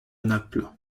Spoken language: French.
naples